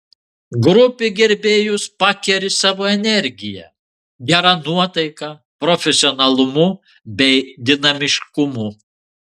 grupė gerbėjus pakeri savo energija gera nuotaika profesionalumu bei dinamiškumu